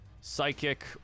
Psychic